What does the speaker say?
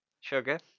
Sugar